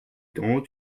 temps